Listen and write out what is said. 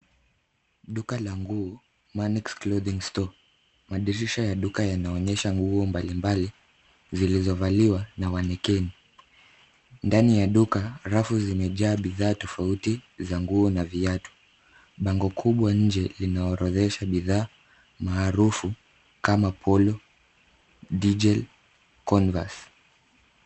Duka la nguo, Manix Clothing Store . Madirisha ya duka yanaonyesha nguo mbali mbali zilizovaliwa na mannequin . Ndani ya duka, rafu zimejaa bidhaa tofauti za nguo na viatu. Bango kubwa nje linaorodhesha bidhaa maarufu kama: Polo, Digel, Converse .